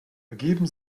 ergeben